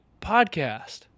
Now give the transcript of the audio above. Podcast